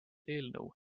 eelnõu